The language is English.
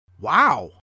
Wow